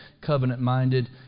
covenant-minded